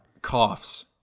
Coughs